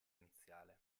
iniziale